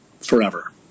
forever